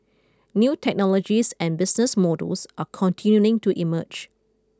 new technologies and business models are continuing to emerge